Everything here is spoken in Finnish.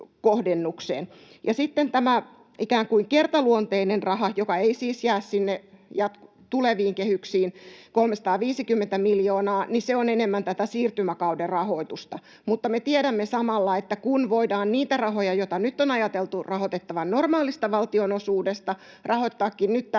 Sitten tämä ikään kuin kertaluonteinen raha, joka ei siis jää sinne tuleviin kehyksiin, 350 miljoonaa, on enemmän tätä siirtymäkauden rahoitusta, mutta me tiedämme samalla, että kun niitä rahoja, joita nyt on ajateltu rahoitettavan normaalista valtionosuudesta, voidaankin nyt